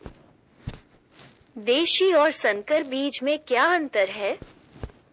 देशी और संकर बीज में क्या अंतर है?